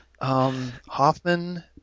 Hoffman